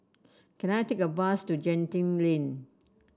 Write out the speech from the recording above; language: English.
can I take a bus to Genting Lane